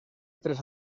tres